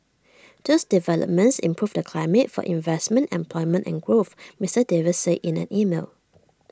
those developments improve the climate for investment employment and growth Mister Davis said in an email